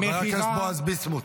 חבר הכנסת בועז ביסמוט.